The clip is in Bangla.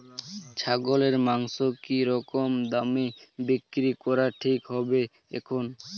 ছাগলের মাংস কী রকম দামে বিক্রি করা ঠিক হবে এখন?